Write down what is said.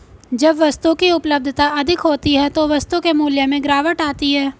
जब वस्तु की उपलब्धता अधिक होती है तो वस्तु के मूल्य में गिरावट आती है